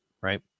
right